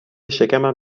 شکمم